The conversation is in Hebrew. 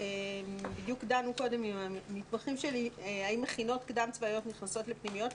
בדיוק דנו קודם עם המתמחים שלי האם מכינות קדם-צבאיות נכנסות לפנימיות.